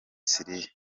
syria